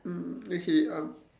mm okay um